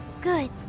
Good